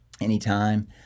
anytime